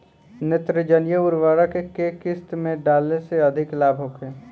नेत्रजनीय उर्वरक के केय किस्त में डाले से अधिक लाभ होखे?